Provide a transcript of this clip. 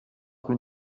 rue